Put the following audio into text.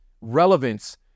relevance